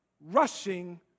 Rushing